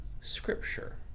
scripture